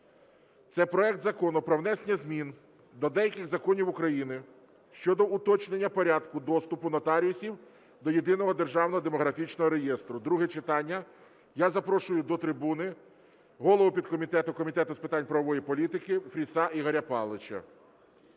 це проект Закону про внесення змін до деяких законів України щодо уточнення порядку доступу нотаріусів до Єдиного державного демографічного реєстру (друге читання). Я запрошую до трибуни голову підкомітету Комітету з питань правової політики Фріса Ігоря Павловича.